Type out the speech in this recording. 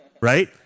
right